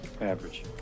Average